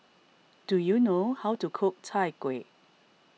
do you know how to cook Chai Kuih